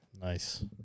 Nice